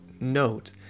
note